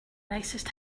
nicest